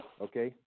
okay